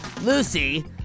Lucy